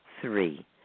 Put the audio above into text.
three